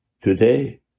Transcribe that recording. today